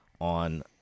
on